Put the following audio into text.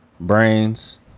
brains